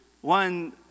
One